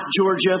Georgia